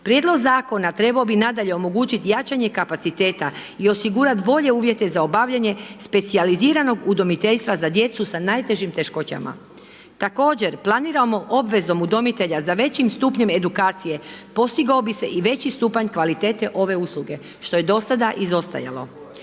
Prijedlog zakona trebao bi nadalje omogućit jačanje kapaciteta i osigurat bolje uvjete za obavljanje specijaliziranog udomiteljstva za djecu sa najtežim teškoćama. Također planiramo obvezom udomitelja za većim stupnjem edukacije postigao bi se i veći stupanj kvalitete ove usluge, što je do sada izostajalo.